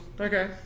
Okay